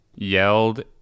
yelled